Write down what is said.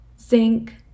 zinc